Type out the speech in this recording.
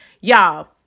y'all